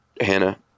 Hannah